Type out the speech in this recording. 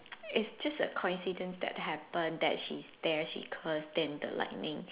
it's just a coincidence that happen that she's there she curse then the lightning